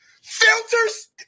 filters